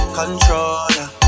controller